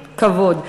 כבוד.